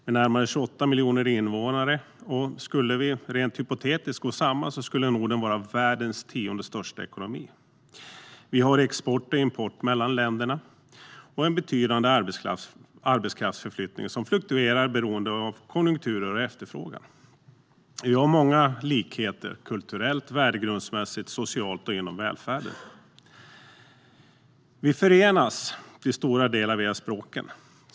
Med närmare 28 miljoner invånare skulle vi om vi, rent hypotetiskt, gick samman vara världens tionde största ekonomi. Vi har export och import mellan länderna och en betydande arbetskraftsförflyttning som fluktuerar beroende av konjunkturer och efterfrågan. Vi har många likheter kulturellt, värdegrundsmässigt, socialt och inom välfärden. Vi förenas till stora delar via språken.